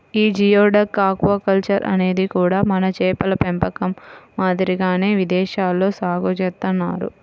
యీ geoduck aquaculture అనేది కూడా మన చేపల పెంపకం మాదిరిగానే విదేశాల్లో సాగు చేత్తన్నారు